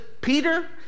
Peter